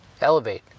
elevate